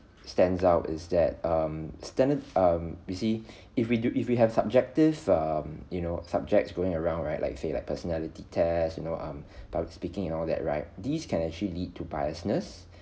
stands out is that um standard um you see if we do if we have subjective um you know subjects going around right like say like personality tests you know um public speaking and all that right these can actually lead to biasness